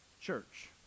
Church